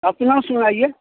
अपना सुनाइए